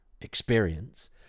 experience